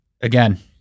again-